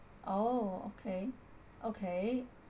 oh okay okay